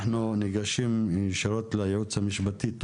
אנחנו ניגשים ישירות לייעוץ המשפטי.